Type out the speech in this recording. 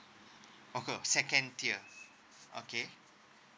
second tier okay